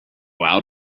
out